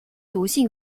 毒性